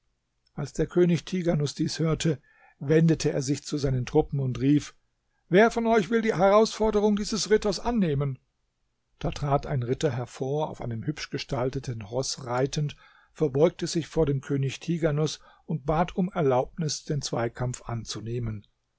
als der könig tighanus dies hörte wendete er sich zu seinen truppen und rief wer von euch will die herausforderung dieses ritters annehmen da trat ein ritter hervor auf einem hübschgestalteten roß reitend verbeugte sich vor dem könig tighanus und bat um erlaubnis den zweikampf anzunehmen